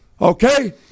Okay